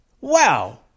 wow